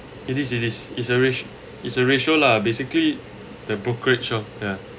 it is it is it's a ratio it's a ratio lah basically the brokerage oh